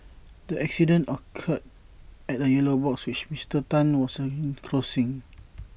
the accident occurred at A yellow box which Mister Tan was seen crossing